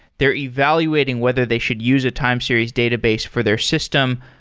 they're evaluating whether they should use a time series database for their system.